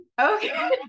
Okay